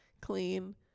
clean